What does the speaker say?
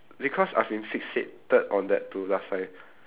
because I've been fixated on that to last time